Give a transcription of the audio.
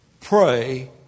pray